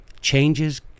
changes